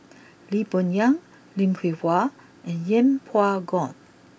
Lee Boon Yang Lim Hwee Hua and Yeng Pway Ngon